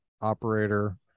operator